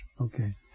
Okay